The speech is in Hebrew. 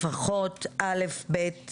לפחות (א), (ב),